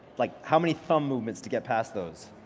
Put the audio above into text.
like how many thumb movements to get past those,